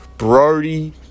Brody